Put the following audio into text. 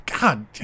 God